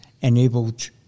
enabled